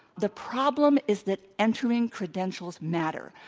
the problem is that entering credentials matter.